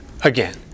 again